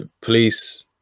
police